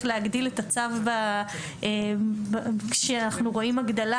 להגדיל את הצו כשאנחנו רואים הגדלה,